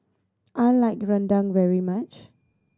I like rendang very much